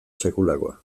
sekulakoa